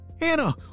Anna